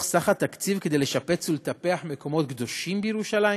סך התקציב כדי לשפץ ולטפח מקומות קדושים בירושלים,